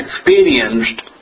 experienced